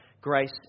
grace